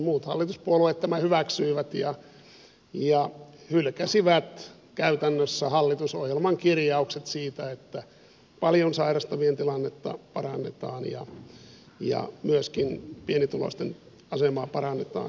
muut hallituspuolueet tämän hyväksyivät ja hylkäsivät käytännössä hallitusohjelman kirjaukset siitä että paljon sairastavien tilannetta parannetaan ja myöskin pienituloisten asemaa parannetaan